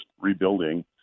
rebuilding